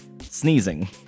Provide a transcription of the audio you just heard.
sneezing